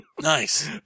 Nice